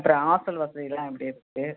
அப்புறம் ஹாஸ்டல் வசதிலாம் எப்படி இருக்கு